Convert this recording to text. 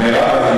מירב,